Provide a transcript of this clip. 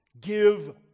give